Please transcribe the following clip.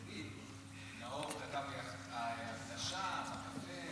תגיד: נאור כתב לי הקדשה בקפה.